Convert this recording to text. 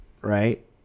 right